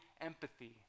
empathy